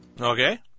Okay